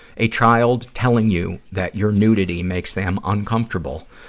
a child telling you that your nudity makes them uncomfortable,